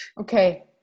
Okay